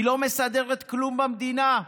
היא לא מסדרת כלום במדינה: